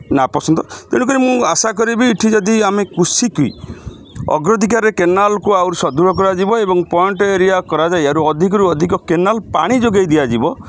ନାପସନ୍ଦ ତେଣୁକରି ମୁଁ ଆଶା କରିବି ଏଠି ଯଦି ଆମେ କୃଷିକୁ ଅଗ୍ରଧିକାରେ କେନାଲ୍କୁ ଆହୁରି ସୁଦୃଢ଼ କରାଯିବ ଏବଂ ପଏଣ୍ଟ୍ ଏରିଆ କରାଯାଇ ଏହାରୁ ଅଧିକରୁ ଅଧିକ କେନାଲ୍ ପାଣି ଯୋଗାଇ ଦିଆଯିବ